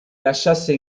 lasciasse